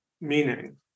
meaning